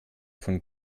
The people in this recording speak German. von